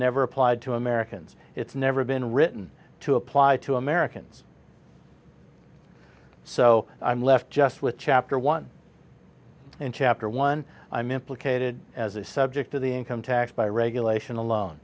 never applied to americans it's never been written to apply to americans so i'm left just with chapter one and chapter one i'm implicated as a subject of the income tax by regulation alone